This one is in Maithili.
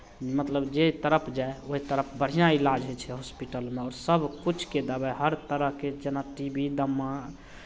मतलब जे तरफ जाय ओहि तरफ बढ़िआँ इलाज होइ छै हॉस्पिटलमे आओर सभकिछुके दबाइ हर तरहके जेना टी बी दमा